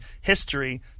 history